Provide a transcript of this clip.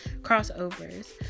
crossovers